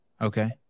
okay